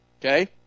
Okay